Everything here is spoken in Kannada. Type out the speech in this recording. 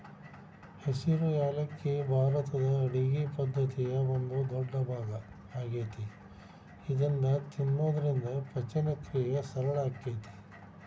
ಹಸಿರು ಯಾಲಕ್ಕಿ ಭಾರತದ ಅಡುಗಿ ಪದ್ದತಿಯ ಒಂದ ದೊಡ್ಡಭಾಗ ಆಗೇತಿ ಇದನ್ನ ತಿನ್ನೋದ್ರಿಂದ ಪಚನಕ್ರಿಯೆ ಸರಳ ಆಕ್ಕೆತಿ